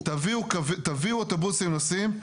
תביאו אוטובוסים נוסעים,